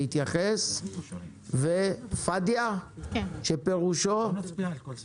פאדיה, בבקשה.